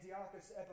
Antiochus